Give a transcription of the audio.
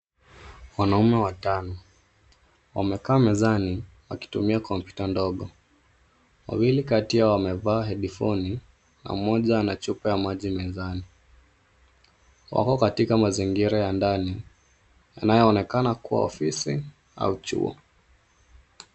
Wanaume watano wamekaa mezani wakitumia kompyuta ndogo. Wawili kati yao wamevaa (cs)headphone(cs) na mmoja ana chupa ya maji mezani. Wako katika mazingira ya ndani yanayoonekana kuwa ofisi au chuo.